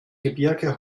gebirge